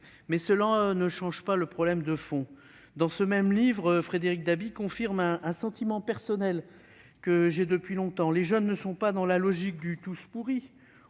Mais cela ne change pas le problème de fond. Dans ce même livre, Frédéric Dabi confirme un sentiment personnel que j'éprouve depuis longtemps : les jeunes ne sont pas dans la logique du « tous pourris »